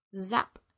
Zap